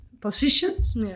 positions